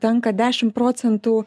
tenka dešim procentų